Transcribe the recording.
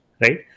right